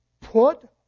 put